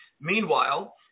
Meanwhile